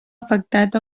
afectat